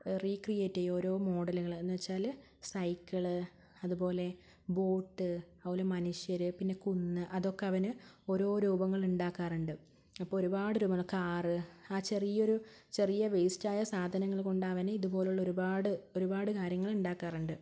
recreate ചെയ്യും ഓരോ മോഡലുകൾ എന്നു വച്ചാൽ സൈക്കിള് അതുപോലെ ബോട്ട് അതുപോലെ മനുഷ്യർ പിന്നെ കുന്ന് അതൊക്കെ അവൻ ഓരോ രൂപങ്ങളുണ്ടാക്കാറുണ്ട് അപ്പോൾ ഒരുപാട് രൂപങ്ങൾ കാറ് ആ ചെറിയൊരു ചെറിയ വേസ്റ്റായ സാധനങ്ങൾ കൊണ്ടവൻ ഇതുപോലുള്ളൊരുപാട് ഒരുപാട് കാര്യങ്ങളുണ്ടാക്കാറുണ്ട്